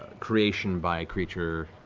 creation by a creature.